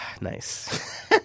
Nice